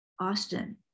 Austin